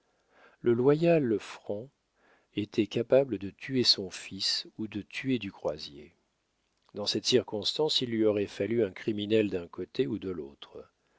le loyal franc était capable de tuer son fils ou de tuer du croisier dans cette circonstance il lui aurait fallu un criminel d'un côté ou de l'autre